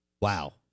Wow